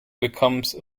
becomes